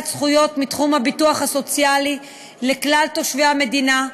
זכויות מתחום הביטחון הסוציאלי לכלל תושבי המדינה,